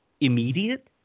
immediate